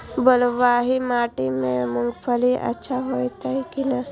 बलवाही माटी में मूंगफली अच्छा होते की ने?